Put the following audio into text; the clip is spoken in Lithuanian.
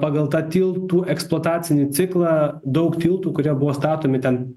pagal tą tiltų eksploatacinį ciklą daug tiltų kurie buvo statomi ten